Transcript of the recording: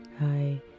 Hi